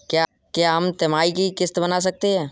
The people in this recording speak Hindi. क्या हम तिमाही की किस्त बना सकते हैं?